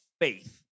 faith